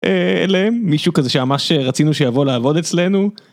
א... LM... מישהו כזה שממש רצינו שיבוא לעבוד אצלנו.